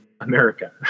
America